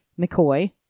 McCoy